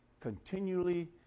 continually